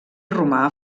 romà